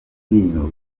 bintu